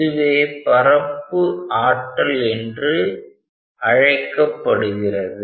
இதுவே பரப்பு ஆற்றல் என்று அழைக்கப்படுகிறது